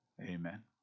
Amen